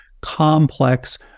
complex